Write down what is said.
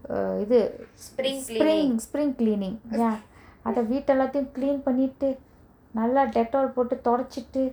err இது:ithu spring spring cleaning ya அத வீட்ட எல்லாத்தயு:atha veeta ellathayu clean பன்னிட்டு நல்லா:pannitu nalla detol போட்டு தொடச்சிட்டு:pottu thodachitu